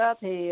thì